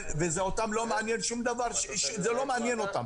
ושום דבר לא מעניין אותם.